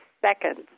seconds